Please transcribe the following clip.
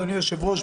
אדוני היושב-ראש,